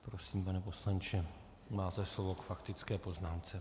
Prosím, pane poslanče, máte slovo k faktické poznámce.